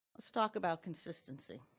let's talk about consistency.